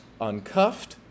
Uncuffed